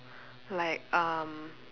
like um